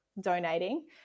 donating